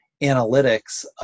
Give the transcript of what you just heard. analytics